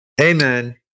Amen